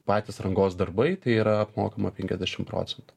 patys rangos darbai tai yra apmokama penkiasdešim procentų